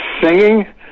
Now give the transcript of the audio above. singing